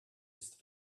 ist